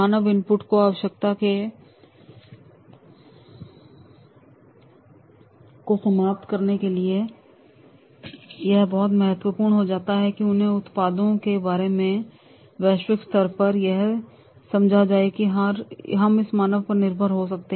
मानव input की आवश्यकता को समाप्त करने के लिए यह बहुत महत्वपूर्ण हो जाता है कि उनके उत्पादों के बारे में वैश्विक स्तर पर यह समझा जाए कि हम मानव पर निर्भर नहीं हो सकते